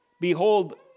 behold